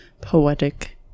poetic